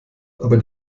aber